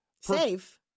Safe